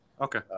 Okay